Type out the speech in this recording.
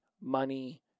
money